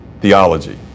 theology